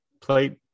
Played